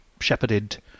shepherded